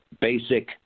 Basic